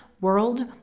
world